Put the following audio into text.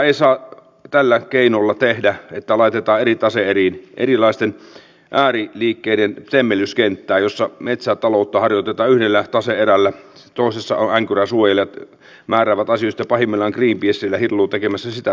ei saa tällä keinolla tehdä että laitetaan eri tase eriin erilaisten ääriliikkeiden temmellyskenttään jossa metsätaloutta harjoitetaan yhdellä tase erällä toisessa änkyräsuojelijat määräävät asioista ja pahimmillaan greenpeace siellä hilluu tekemässä sitä sun tätä